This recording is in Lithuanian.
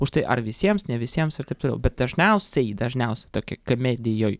už tai ar visiems ne visiems ir taip toliau bet dažniausiai dažniausia tokie kamedijoj